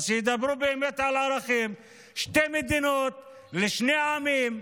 שידברו באמת על ערכים: שתי מדינות לשני עמים,